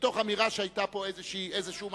אמירה שהיה פה איזה מעשה.